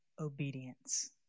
obedience